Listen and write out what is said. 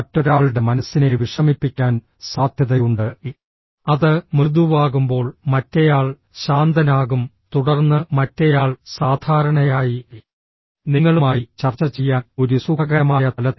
മറ്റൊരാളുടെ മനസ്സിനെ വിഷമിപ്പിക്കാൻ സാധ്യതയുണ്ട് അത് മൃദുവാകുമ്പോൾ മറ്റേയാൾ ശാന്തനാകും തുടർന്ന് മറ്റേയാൾ സാധാരണയായി നിങ്ങളുമായി ചർച്ച ചെയ്യാൻ ഒരു സുഖകരമായ തലത്തിൽ